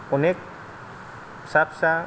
अनेख फिसा फिसा